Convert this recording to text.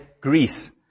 Greece